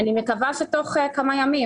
אני רוצה לעבור להקראת התקנות.